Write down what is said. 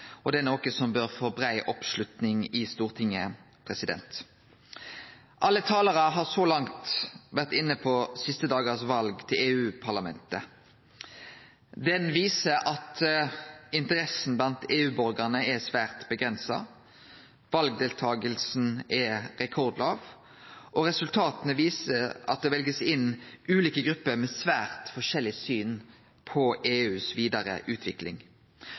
Noreg. Det er noko som bør få brei oppslutning i Stortinget. Alle talarane har så langt vore inne på valet til EU-parlamentet dei siste dagane. Det viser at interessa blant EU-borgarane er særs avgrensa. Valdeltakinga var rekordlåg, og resultata viser at det blei valt inn ulike grupper med svært forskjellige syn på den vidare